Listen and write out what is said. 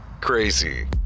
crazy